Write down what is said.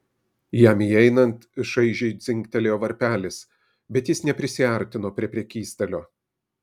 jam įeinant šaižiai dzingtelėjo varpelis bet jis neprisiartino prie prekystalio